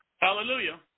hallelujah